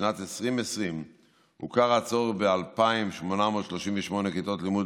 בשנת 2020 הוכר הצורך ב-2,838 כיתות לימוד